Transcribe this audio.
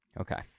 Okay